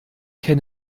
ken